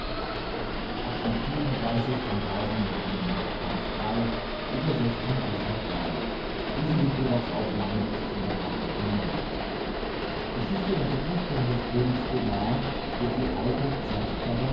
geschichte der vergiftung des königs omar